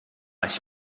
ich